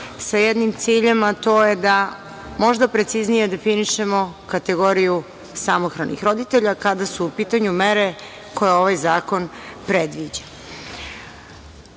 sa jednim ciljem, a to je da možda preciznije definišemo kategoriju samohranih roditelja kada su u pitanju mere koje ovaj zakon predviđa. Odlučili